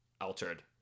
altered